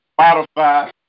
Spotify